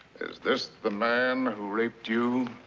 this the man who raped you?